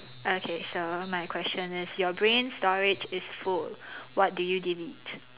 okay so my question is your brain storage is full what do you delete